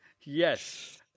Yes